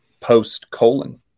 post-colon